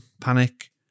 Panic